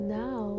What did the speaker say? now